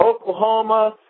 Oklahoma